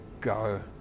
go